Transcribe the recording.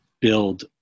build